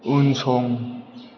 उनसं